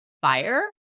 fire